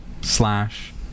slash